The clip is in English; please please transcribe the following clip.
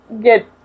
get